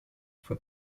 for